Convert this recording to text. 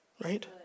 right